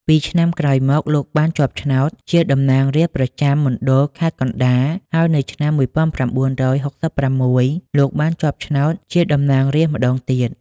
ពីរឆ្នាំក្រោយមក លោក បានជាប់ឆ្នោតជាតំណាងរាស្រ្តប្រចាំមណ្ឌលខេត្តកណ្តាល ហើយនៅឆ្នាំ ១៩៦៦ លោកបានជាប់ឆ្នោតជាតំណាងរាស្រ្តម្តងទៀត។